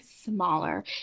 smaller